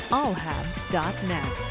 allhabs.net